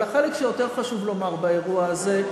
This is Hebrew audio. אבל החלק שיותר חשוב לומר באירוע הזה,